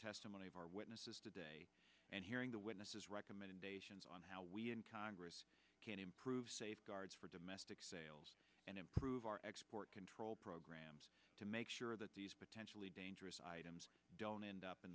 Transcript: testimony of our witnesses today and hearing the witnesses recommendations on how we in congress can improve safeguards for domestic sales and improve our export control program to make sure that these potentially dangerous items don't end up in